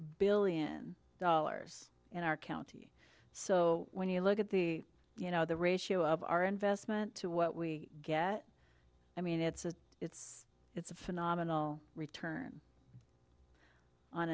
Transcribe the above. billion dollars in our county so when you look at the you know the ratio of our investment to what we get i mean it's it's a it's a phenomenal return on